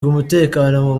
umutekano